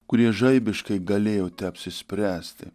kurie žaibiškai galėjote apsispręsti